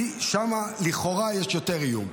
כי שם לכאורה יש יותר איום.